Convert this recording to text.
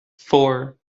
four